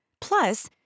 Plus